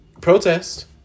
protest